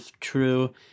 true